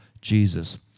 Jesus